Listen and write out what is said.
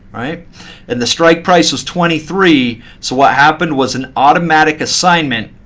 and the strike price is twenty three. so what happened was an automatic assignment.